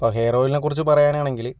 ഇപ്പോൾ ഹെയർ ഓയിലിനെ കുറിച്ച് പറയാനാണെങ്കിൽ